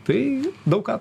tai daug ką